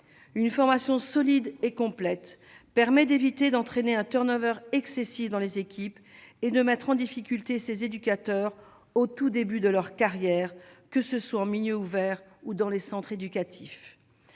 une formation solide et complète permet d'éviter d'entraîner un turn-over excessif dans les équipes et de mettre en difficulté ces éducateurs au tout début de leur carrière, que ce soit en milieu ouvert ou dans les centres éducatifs